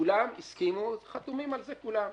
כולם הסכימו וחתומים על זה כולם.